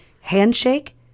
Handshake